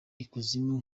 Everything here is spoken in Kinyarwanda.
ikuzimu